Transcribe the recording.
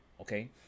Okay